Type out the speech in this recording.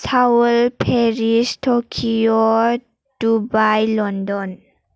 Seoul Paris Tokyo Dubai London